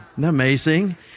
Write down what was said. Amazing